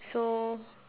so